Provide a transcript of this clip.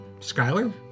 Skyler